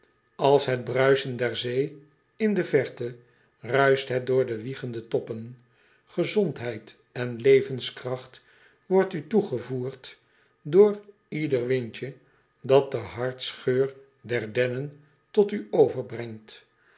ls het bruisen der zee in de verte ruischt het door de wiegelende toppen gezondheid en levenskracht wordt u toegevoerd door ieder windje dat den harstgeur der dennen tot u overbrengt